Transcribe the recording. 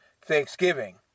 Thanksgiving